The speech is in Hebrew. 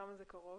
כמה זה קרוב?